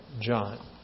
John